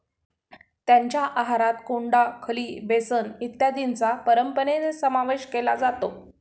त्यांच्या आहारात कोंडा, खली, बेसन इत्यादींचा परंपरेने समावेश केला जातो